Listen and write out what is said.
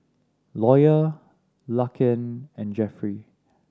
Lawyer Laken and Jeffrey